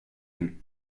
him